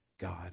God